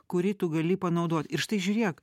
kurį tu gali panaudot ir štai žiūrėk